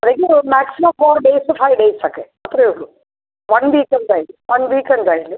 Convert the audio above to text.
ഒരു maximum four days five days ഒക്കെ അത്രേ ഉള്ളൂ വൺ വീക്ക് എന്തായാലും വൺ വീക്ക് എന്തായാലും